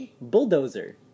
Bulldozer